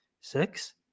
Six